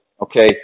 okay